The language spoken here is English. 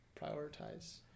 prioritize